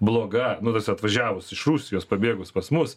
bloga nu ta prasme atvažiavus iš rusijos pabėgus pas mus